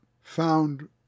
found